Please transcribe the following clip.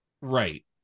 Right